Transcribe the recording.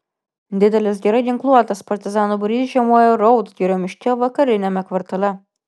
didelis gerai ginkluotas partizanų būrys žiemojo raudgirio miške vakariniame kvartale